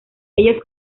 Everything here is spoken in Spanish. ellos